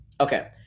Okay